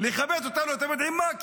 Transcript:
לכבד אותנו, אתם יודעים מה?